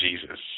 Jesus